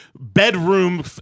bedroom